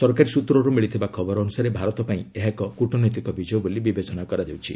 ସରକାରୀ ସୂତ୍ରରୁ ମିଳିଥିବା ଖବର ଅନୁସାରେ ଭାରତ ପାଇଁ ଏହା ଏକ କ୍ଟନୈତିକ ବିଜୟ ବୋଲି ବିବେଚନା କରାଯାଉଛି